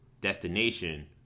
destination